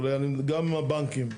גם עם הבנקים.